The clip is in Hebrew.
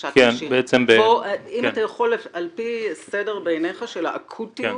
אם אתה יכול לומר על פי סדר בעיניך של האקוטיות